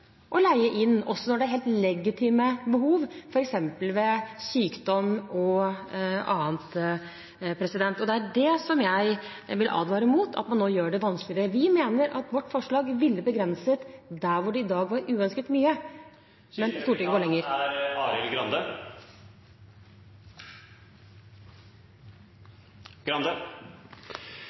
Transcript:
å leie inn også når det er helt legitime behov, f.eks. ved sykdom og annet. Det er det jeg vil advare mot, at man nå gjør det vanskeligere. Vi mener at vårt forslag ville begrenset der hvor det i dag er uønsket mye.